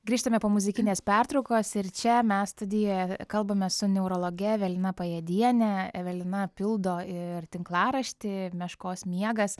grįžtame po muzikinės pertraukos ir čia mes studijoje kalbamės su neurologe evelina pajėdiene evelina pildo ir tinklaraštį meškos miegas